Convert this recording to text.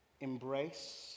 Embrace